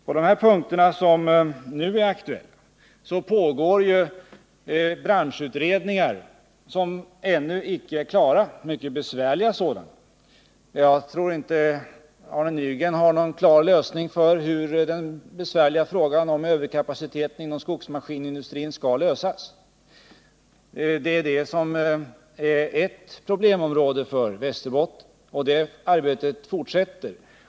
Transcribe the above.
På de punkter som nu är aktuella pågår ju branschutredningar som ännu inte är klara. Det är mycket besvärliga sådana. Jag tror inte att Arne Nygren har något recept för hur problemet med överkapaciteten inom skogsmaskinindustrin skall lösas. Arbetet med detta fortsätter.